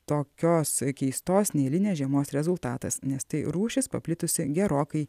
tokios keistos neeilinės žiemos rezultatas nes tai rūšis paplitusi gerokai